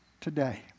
today